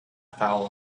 foul